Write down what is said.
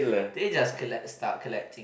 they just collect start collecting